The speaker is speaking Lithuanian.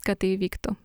kad tai įvyktų